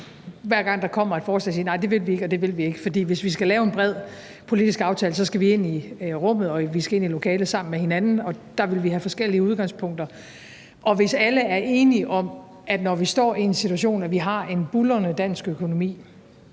hver gang der kommer et forslag, og sige: Nej, det vil vi ikke, og det vil vi ikke. For hvis vi skal lave en bred politisk aftale, skal vi ind i rummet, og vi skal ind i lokalet sammen med hinanden, og der vil vi have forskellige udgangspunkter. Hvis alle er enige om, at vi står i en situation, hvor vi har en buldrende dansk økonomi,